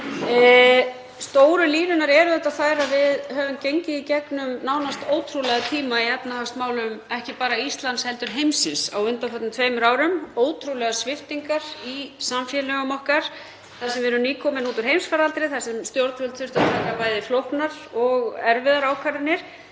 Stóru línurnar eru þær að við höfum gengið í gegnum nánast ótrúlega tíma í efnahagsmálum, ekki bara Íslands heldur í heiminum á undanförnum tveimur árum, ótrúlegar sviptingar í samfélögum okkar þar sem við erum nýkomin út úr heimsfaraldri þar sem stjórnvöld þurftu að taka bæði flóknar og erfiðar ákvarðanir,